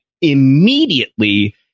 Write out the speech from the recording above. immediately